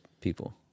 people